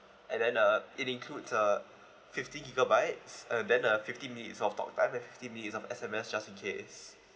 and then uh it includes uh fifty gigabytes and then a fifty minutes of talk time and fifty minutes of S_M_S just in case